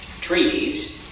treaties